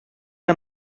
que